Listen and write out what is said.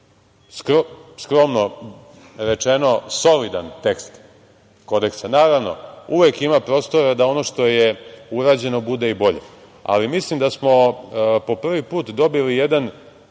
skromno rečeno, solidan tekst kodeksa. Naravno, uvek ima prostora da ono što je urađeno bude i bolje, ali mislim da smo po prvi put dobili jedan